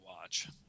watch